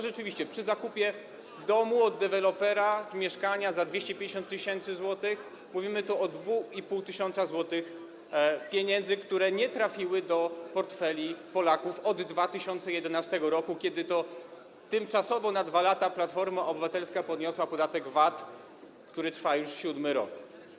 Rzeczywiście przy zakupie domu od dewelopera czy mieszkania za 250 tys. zł mówimy o 2,5 tys. zł, które nie trafiły do portfeli Polaków od 2011 r., kiedy to tymczasowo, na 2 lata Platforma Obywatelska podniosła podatek VAT, który trwa już siódmy rok.